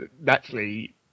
naturally